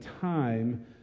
time